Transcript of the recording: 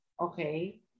Okay